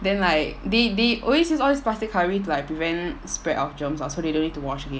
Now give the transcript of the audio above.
then like they they always use all these plastic cutlery to like prevent spread of germs [what] so they don't need to wash again